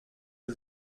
que